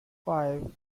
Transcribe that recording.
five